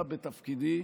היה בתפקידי,